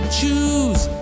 choose